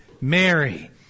Mary